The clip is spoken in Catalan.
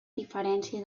diferència